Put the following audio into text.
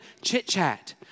chit-chat